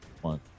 one